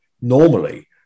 normally